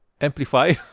Amplify